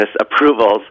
approvals